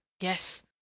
yes